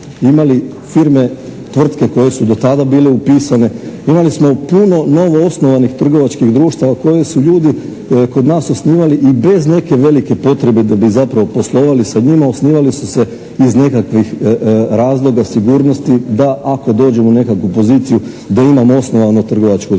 imali firme tvrtke koje su do tada bile upisane. Imali smo puno novoosnovanih trgovačkih društava koje su ljudi kod nas osnivali i bez neke velike potrebe da bi zapravo poslovali sa njima. Osnivali su se iz nekakvih razloga sigurnosti da ako dođem u nekakvu poziciju da imam osnovano trgovačko društvo.